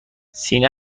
سینه